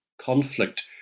conflict